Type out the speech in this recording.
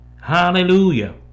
hallelujah